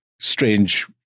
strange